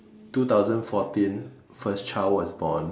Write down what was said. two thousand fourteen first child was born